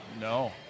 no